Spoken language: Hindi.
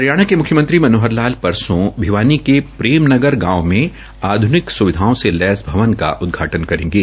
हरियाणा के मुख्यमंत्री मनोहर लाल ने परसो भिवानी के प्रेमनगर गांव में आध्निक सुविधाओं से लैस भवन का उदघाटन करेंगे